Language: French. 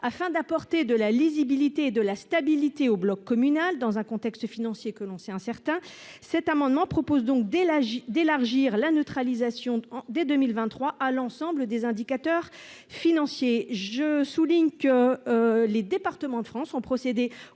afin d'apporter de la lisibilité et de la stabilité au bloc communal dans un contexte financier que l'on s'incertain, cet amendement propose donc, dès l'âge d'élargir la neutralisation en dès 2023 à l'ensemble des indicateurs financiers je souligne que les départements de France ont procédé